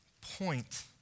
point